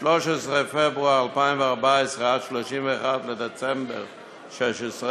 13 בפברואר 2014 עד 31 בדצמבר 2016,